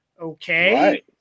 Okay